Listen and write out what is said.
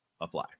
apply